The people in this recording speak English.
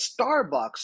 Starbucks